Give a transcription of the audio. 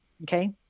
Okay